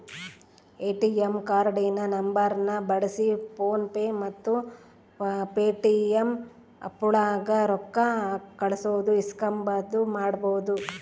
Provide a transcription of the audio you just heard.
ATM ಕಾರ್ಡಿನ ನಂಬರ್ನ ಬಳ್ಸಿ ಫೋನ್ ಪೇ ಮತ್ತೆ ಪೇಟಿಎಮ್ ಆಪ್ಗುಳಾಗ ರೊಕ್ಕ ಕಳ್ಸೋದು ಇಸ್ಕಂಬದು ಮಾಡ್ಬಹುದು